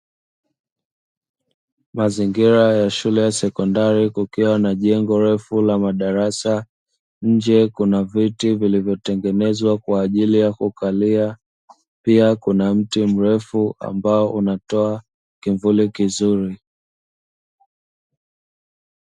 Mazingira ya shule ya sekondari kukiwa na jengo refu la madarasa, nje kuna viti vilivyotengenezwa kwaajili ya kukalia, pia kuna mti mrefu ambao unatoa kivuli kizuri.